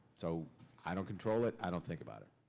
so i don't control it, i don't think about it.